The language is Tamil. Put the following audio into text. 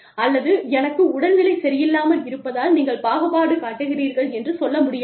அல்லது எனக்கு உடல்நிலை சரியில்லாமல் இருப்பதால் நீங்கள் பாகுபாடு காட்டுகிறீர்கள் என்று சொல்ல முடியாது